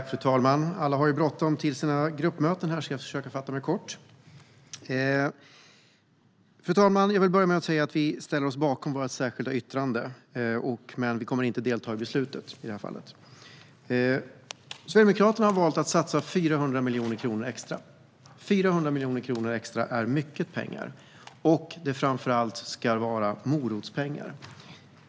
Fru talman! Alla har bråttom till sina gruppmöten, så jag ska försöka fatta mig kort. Fru talman! Jag vill börja med att säga att vi ställer oss bakom vårt särskilda yttrande, men vi kommer inte att delta i beslutet i det här fallet. Sverigedemokraterna har valt att satsa 400 miljoner kronor extra. 400 miljoner kronor extra är mycket pengar. Det ska framför allt vara morotspengar.